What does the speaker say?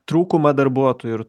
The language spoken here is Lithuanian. trūkumą darbuotojų ir